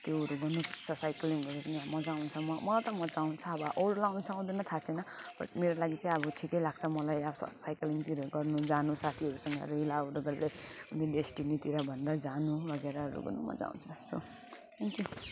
त्योहरू गर्नु पर्छ साइक्लिङहरू पनि अब मजा आउँछ म मलाई त मजा आउँछ अब अरूलाई आउँछ आउँदैन थाहा छैन बट मेरो लागि चाहिँ अब ठिकै लाग्छ मलाई अब साइक्लिङहरू गर्नु जानु साथीहरूसँग रेला गरी आउँदा बेलुका जुन डेस्टिनीतिर भन्दा जानु बगेराहरू गर्नु मजा आउँछ सो थ्याङ्क यु